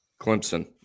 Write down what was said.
Clemson